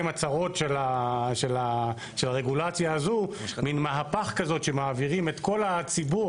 הצרות של הרגולציה הזו מן מהפך כזה שמעבירים את כל הציבור,